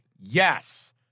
Yes